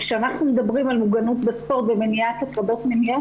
כשאנחנו מדברים על מוגנות בספורט ומניעת הטרדות מיניות,